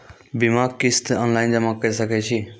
बीमाक किस्त ऑनलाइन जमा कॅ सकै छी?